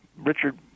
Richard